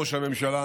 ראש הממשלה,